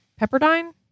Pepperdine